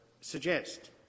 suggest